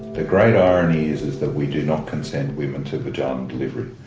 the great irony is is that we do not consent women to vaginal delivery.